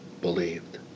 believed